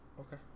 Okay